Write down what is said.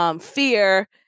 fear